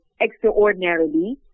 Extraordinarily